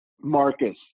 Marcus